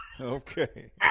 Okay